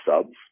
subs